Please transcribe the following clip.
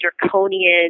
draconian